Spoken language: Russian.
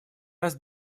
раз